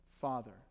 Father